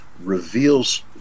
reveals